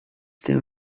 tym